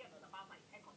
mm mm